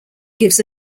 gives